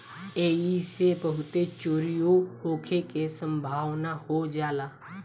ऐइसे बहुते चोरीओ होखे के सम्भावना हो जाला